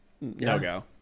no-go